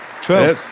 True